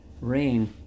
rain